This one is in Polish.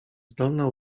zdolna